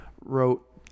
wrote